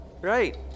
Right